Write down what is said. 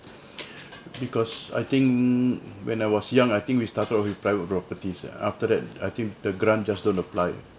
because I think when I was young I think we started with private properties after that I think the grant just don't apply